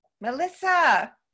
Melissa